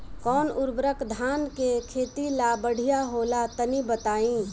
कौन उर्वरक धान के खेती ला बढ़िया होला तनी बताई?